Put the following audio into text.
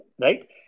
right